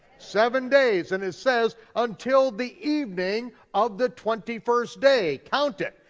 seven days, and it says until the evening of the twenty first day, count it.